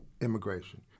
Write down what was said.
immigration